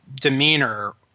demeanor